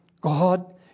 God